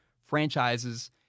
franchises